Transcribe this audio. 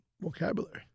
vocabulary